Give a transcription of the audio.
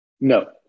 No